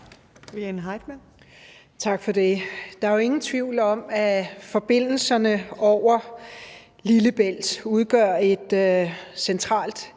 Tak for det. Der er jo ingen tvivl om, at forbindelserne over Lillebælt udgør et centralt